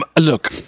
Look